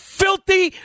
filthy